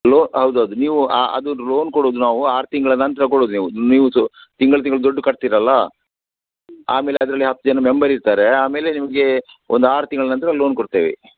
low ಹೌದು ಹೌದು ನೀವು ಆ ಅದು ಲೋನ್ ಕೊಡೋದು ನಾವು ಆರು ತಿಂಗಳ ನಂತರ ಕೊಡೋದು ನೀವು ನೀವು ಸೊ ತಿಂಗಳು ತಿಂಗಳು ದುಡ್ಡು ಕಟ್ತೀರಲ್ಲ ಆಮೇಲೆ ಅದರಲ್ಲಿ ಹತ್ತು ಜನ ಮೆಂಬರ್ ಇರ್ತಾರೆ ಆಮೇಲೆ ನಿಮಗೆ ಒಂದು ಆರು ತಿಂಗ್ಳ ನಂತರ ಲೋನ್ ಕೊಡ್ತೇವೆ